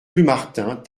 plumartin